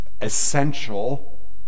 essential